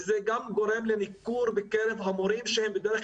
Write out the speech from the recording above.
וזה גם גורם לניכור בקרב המורים שהם בדרך